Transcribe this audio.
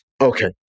Okay